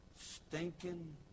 stinking